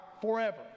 forever